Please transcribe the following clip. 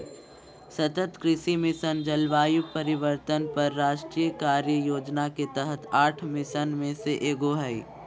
सतत कृषि मिशन, जलवायु परिवर्तन पर राष्ट्रीय कार्य योजना के तहत आठ मिशन में से एगो हइ